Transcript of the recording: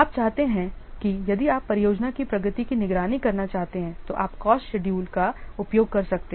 आप चाहते हैं कि यदि आप परियोजना की प्रगति की निगरानी करना चाहते हैं तो आप कॉस्ट शेड्यूल का उपयोग कर सकते हैं